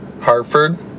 Hartford